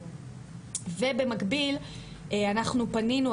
ובמקביל אנחנו פנינו,